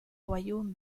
royaumes